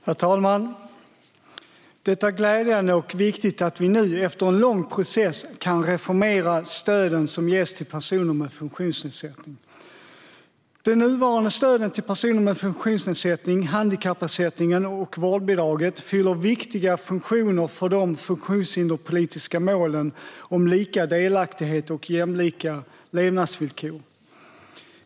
Herr talman! Det är glädjande och viktigt att vi nu efter en lång process kan reformera stöden som ges till personer med funktionsnedsättning. De nuvarande stöden till personer med funktionsnedsättning, handikappersättningen och vårdbidraget, fyller viktiga funktioner för de funktionshinderspolitiska målen om lika delaktighet och jämlika levnadsvillkor.